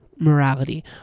morality